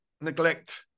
neglect